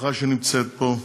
המשפחה שנמצאת פה,